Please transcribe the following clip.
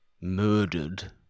murdered